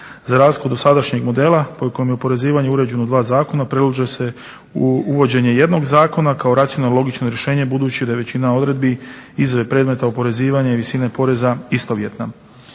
Za razliku od dosadašnjeg modela po kojem je oporezivanje uređeno u dva zakona predlaže se uvođenje jednog zakona kao racionalno logično rješenje budući da je većina odredbi iz predmeta oporezivanja i visine poreza istovjetna.